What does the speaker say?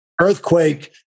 Earthquake